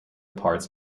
parts